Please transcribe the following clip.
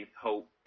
hope